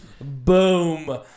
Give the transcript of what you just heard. Boom